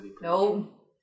No